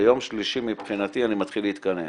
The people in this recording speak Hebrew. ביום שלישי מבחינתי אני מתחיל להתכנס